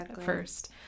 first